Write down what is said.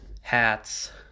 hats